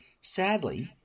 sadly